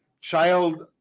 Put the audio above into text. child –